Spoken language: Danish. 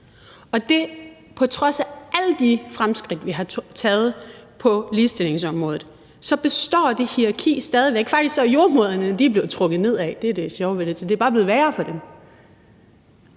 og på trods af alle de fremskridt, vi har taget på ligestillingsområdet, består det hierarki stadig væk. Faktisk er jordemødrene blevet trukket nedad, det er det sjove ved det, så det er bare blevet værre for dem.